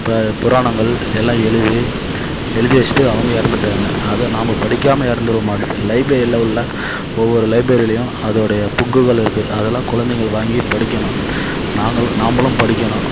புராணங்கள் எல்லாம் எழுதி எழுதி வச்சிட்டு அவங்க இறந்துட்டாங்க அதை நாம்ம படிக்காமல் இறந்துடுவோமாட்டுக்கு லைப்ரேரில்ல உள்ள ஒவ்வொரு லைப்ரேரிலையும் அதோடைய புக்குகள் இருக்குது அதை எல்லாம் குழந்தைங்கள் வாங்கி படிக்கணும் நாங்களும் நாம்பளும் படிக்கணும்